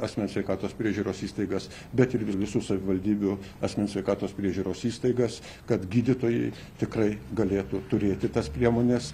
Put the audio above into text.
asmens sveikatos priežiūros įstaigas bet ir ir visų savivaldybių asmens sveikatos priežiūros įstaigas kad gydytojai tikrai galėtų turėti tas priemones